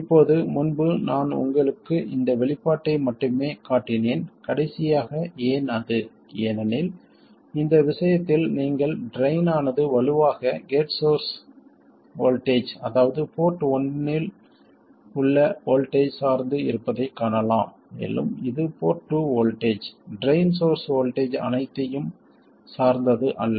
இப்போது முன்பு நான் உங்களுக்கு இந்த வெளிப்பாட்டை மட்டுமே காட்டினேன் கடைசியாக ஏன் அது ஏனெனில் இந்த விஷயத்தில் நீங்கள் ட்ரைன் ஆனது வலுவாக கேட் சோர்ஸ் வோல்ட்டேஜ் அதாவது போர்ட் ஒன்றில் உள்ள வோல்ட்டேஜ் சார்ந்து இருப்பதைக் காணலாம் மேலும் இது port two voltage drain source voltage அனைத்தையும் சார்ந்தது அல்ல